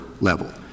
level